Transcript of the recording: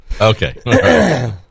Okay